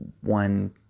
one